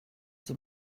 die